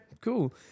cool